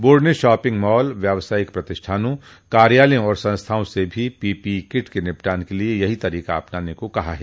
board ने shopping mall व्यावसायिक प्रतिष्ठानों कार्यालयों और संस्थाओं से भी पीपीई किट के निपटान के लिए यही तरीका अपनाने को कहा है